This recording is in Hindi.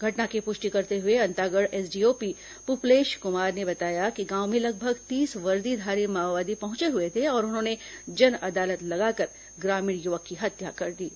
घटना की पुष्टि करते हुए अंतागढ़ एसडीओपी पुपलेश कुमार ने बताया कि गांव में लगभग तीस वर्दीधारी माओवादी पहुंचे हुए थे और उन्होंने जन अदालत लगाकर ग्रामीण युवक की हत्या कर दी है